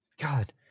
god